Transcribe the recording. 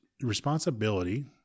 responsibility